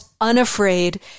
Unafraid